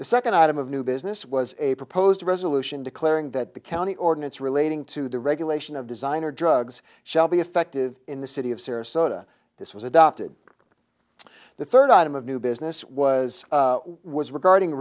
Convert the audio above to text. the second item of new business was a proposed resolution declaring that the county ordinance relating to the regulation of designer drugs shall be effective in the city of sarasota this was adopted the third item of new business was was regarding